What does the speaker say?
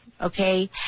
okay